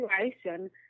situation